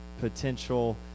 potential